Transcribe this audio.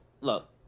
Look